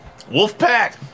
Wolfpack